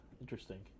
interesting